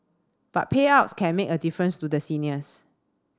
but payouts can make a difference to the seniors